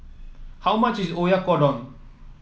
how much is Oyakodon